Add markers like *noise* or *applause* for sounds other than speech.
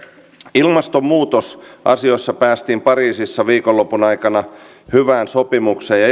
ilmastonmuutosasioissa päästiin pariisissa viikonlopun aikana hyvään sopimukseen ja *unintelligible*